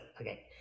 okay